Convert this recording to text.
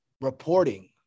reporting